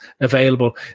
available